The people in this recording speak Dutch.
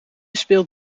speelt